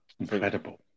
Incredible